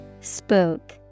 spook